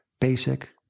basic